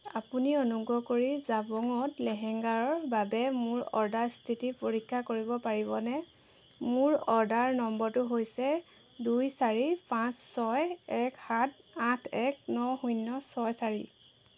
আপুনি অনুগ্ৰহ কৰি জাবংত লেহেঙ্গাৰ বাবে মোৰ অৰ্ডাৰ স্থিতি পৰীক্ষা কৰিব পাৰিবনে মোৰ অৰ্ডাৰ নম্বৰটো হৈছে দুই চাৰি পাঁচ ছয় এক সাত আঠ এক ন শূন্য ছয় চাৰি